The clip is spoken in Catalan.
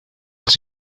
els